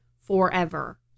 forever